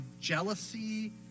jealousy